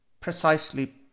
precisely